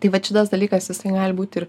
tai vat šitas dalykas jisai gali būti ir